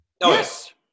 Yes